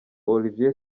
olivier